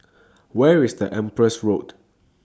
Where IS The Empress Road